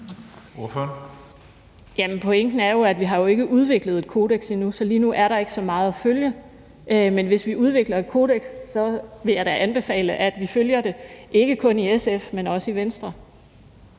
(SF): Jamen pointen er jo, at vi ikke har udviklet et kodeks endnu, så lige nu er der ikke så meget at følge. Men hvis vi udvikler et kodeks, vil jeg da anbefale, at vi følger det, ikke kun i SF, men også i Venstre.